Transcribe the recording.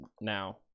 now